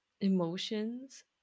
emotions